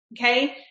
Okay